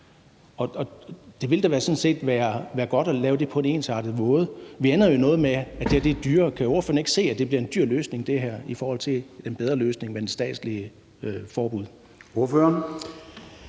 set være godt at gøre det på en ensartet måde. Vi ender jo med, at det her er dyrere. Kan ordføreren ikke se, at det her bliver en dyr løsning, og at det er en bedre løsning med det statslige forbud?